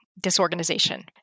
disorganization